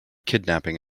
kidnapping